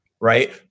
right